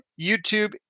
YouTube